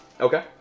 Okay